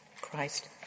Christ